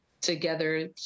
together